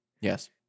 Yes